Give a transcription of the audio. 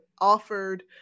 offered